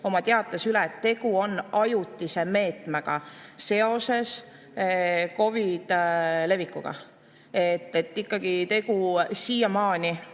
oma teates üle, et tegu on ajutise meetmega seoses COVID‑i levikuga. Ikkagi on siiamaani